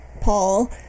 Paul